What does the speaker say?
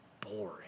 boring